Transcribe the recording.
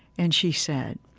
and she said,